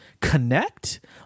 connect